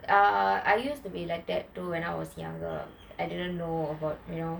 uh I used to be like that too when I was younger I didn't know about you know